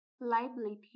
Liability